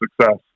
success